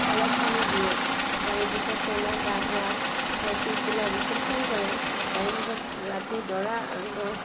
ছালত পানী দিয়ে তাৰে পিছত কইনাক গা ধুৱাই ধুৱাই পিছবেলা ৰিচেপশ্যন কৰে তাৰে পিছত ৰাতি দৰা দ